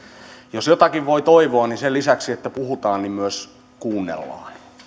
jos jotakin voi toivoa niin sen lisäksi että puhutaan myös kuunnellaan